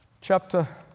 chapter